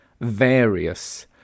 various